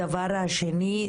הדבר השני,